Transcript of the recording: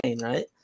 right